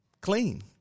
Clean